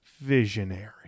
visionary